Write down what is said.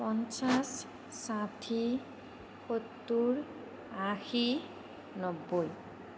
পঞ্চাশ ষাঠি সত্তৰ আশী নব্বৈ